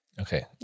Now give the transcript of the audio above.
Okay